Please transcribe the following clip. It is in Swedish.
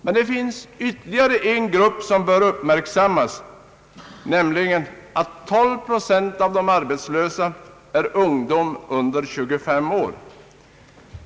Men det finns ytterligare en grupp som bör uppmärksammas — 12 procent av de arbetslösa i länet är ungdom under 23 år.